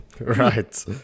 Right